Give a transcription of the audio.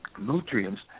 nutrients